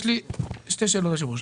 יש לי שתי שאלות ליושב-ראש.